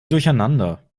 durcheinander